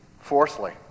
Fourthly